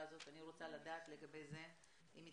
בכתב שתהיה בכתב.